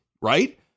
right